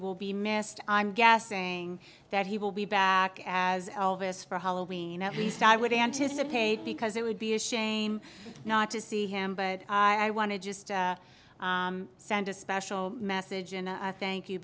will be missed i'm guessing that he will be back as elvis for halloween at least i would anticipate because it would be a shame not to see him but i want to just send a special message and i thank you